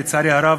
לצערי הרב,